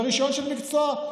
ברישיון של מקצוע.